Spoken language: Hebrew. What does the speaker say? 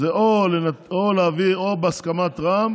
להעביר או בהסכמת רע"מ